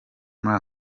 muri